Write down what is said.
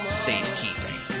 safekeeping